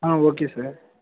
ah okay sir